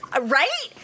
Right